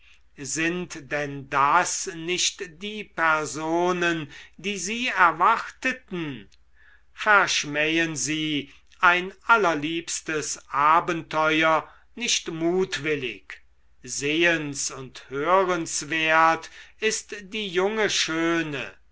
sind denn das nicht die personen die sie erwarteten verschmähen sie ein allerliebstes abenteuer nicht mutwillig sehens und hörenswert ist die junge schöne